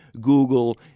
Google